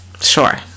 Sure